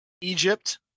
egypt